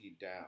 down